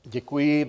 Děkuji.